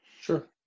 Sure